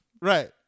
right